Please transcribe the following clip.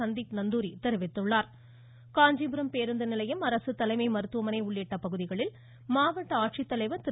சந்தீப் நந்தூரி தெரிவித்துள்ளார் காஞ்சிபுரம் பேருந்து நிலையம் அரசு தலைமை மருத்துவமனை உள்ளிட்ட பகுதிகளில் ஆய்வு மேற்கொண்ட மாவட்ட ஆட்சித்தலைவர் திரு